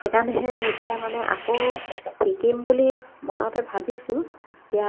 সেইকাৰণেহে এতিয়া মানে আকৌ শিকিম বুলি মনতে ভাবিছোঁ এতিয়া